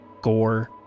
gore